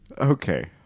Okay